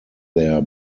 their